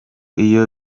iyo